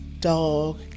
dog